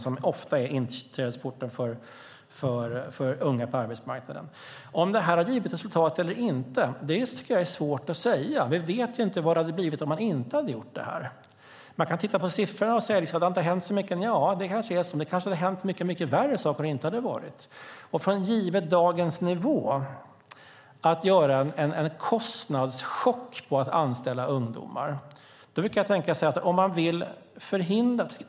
Denna bransch är ofta inträdesporten till arbetsmarknaden för unga. Om detta har givit resultat eller inte tycker jag är svårt att säga. Vi vet inte vad det hade blivit om vi inte hade gjort detta. Man kan titta på siffrorna och säga att det inte har hänt så mycket. Nja, det kanske är så, men det kanske hade hänt mycket värre saker om det inte hade gjorts.